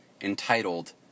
entitled